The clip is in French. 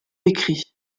écrits